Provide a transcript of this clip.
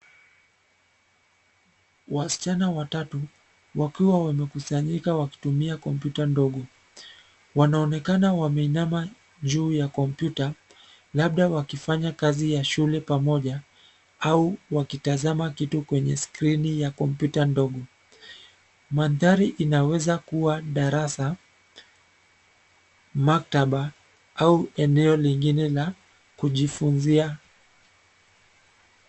Wasichana watatu wakiwa wamekusanyika wakitumia kompyuta ndogo, wanaonekana wameinama juu ya kompyuta, labda wakifanya kazi ya shule pamoja au wakitazama kitu kwenye skrini ya kompyuta ndogo. Mandhari inaweza kuwa darasa, maktaba au eneo lingine la kujifunzia.